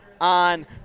on